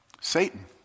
Satan